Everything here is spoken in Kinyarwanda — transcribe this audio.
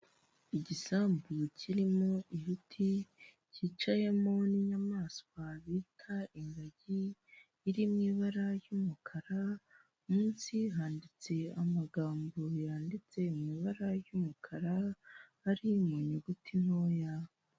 Igisambu kirimo ibiti, kicayemo n'inyamaswa bita ingagi, iri mu ibara ry'umukara, munsi handitse amagambo yanditse mu ibara ry'umukara, ari mu nyuguti ntoya.